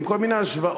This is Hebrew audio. עם כל מיני השוואות,